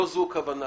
לא זו הכוונה.